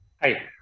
Hi